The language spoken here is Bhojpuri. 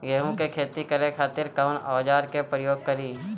गेहूं के खेती करे खातिर कवन औजार के प्रयोग करी?